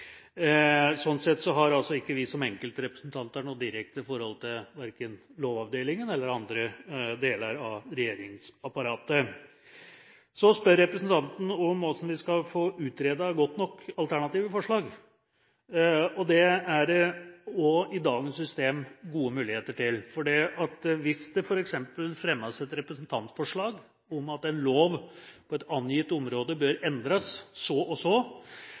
Sånn sett har altså ikke vi som enkeltrepresentanter noe direkte forhold verken til Lovavdelingen eller til andre deler av regjeringsapparatet. Så spør representanten om hvordan vi skal få utredet godt nok alternative forslag. Det er det òg i dagens system gode muligheter til, fordi hvis det f.eks. fremmes et representantforslag om at en lov på et angitt område bør endres – så og så